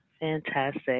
fantastic